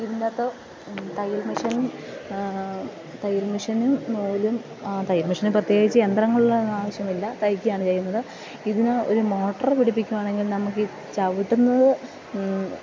ഇതിൻ്റകത്ത് തയ്യൽ മിഷീനും തയ്യൽ മിഷീനും നൂലും തയ്യൽ മെഷ്ന് പ്രത്യേകിച്ച് യന്ത്രങ്ങളൊന്നും ആവശ്യമില്ല തയ്ക്കുകയാണ് ചെയ്യുന്നത് ഇതിന് ഒരു മോട്ടർ പിടിപ്പിക്കുവാണെങ്കിൽ നമുക്ക് ചവിട്ടുന്നത്